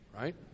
Right